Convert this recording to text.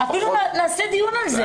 אפילו נעשה דיון על זה.